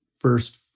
first